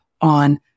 on